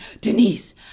Denise